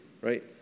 Right